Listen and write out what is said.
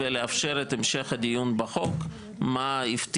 לעשות דיונים עד שהדבר הזה ייפתר.